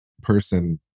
person